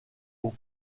pour